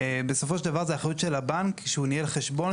בסופו של דבר זה אחריות של הבנק שהוא ניהל חשבון